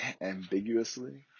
ambiguously